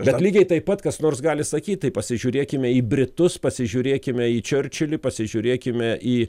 bet lygiai taip pat kas nors gali sakyt tai pasižiūrėkime į britus pasižiūrėkime į čerčilį pasižiūrėkime į